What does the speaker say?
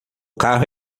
carro